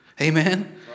Amen